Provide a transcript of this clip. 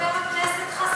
מה אתה אומר, חבר הכנסת חסון?